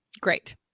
Great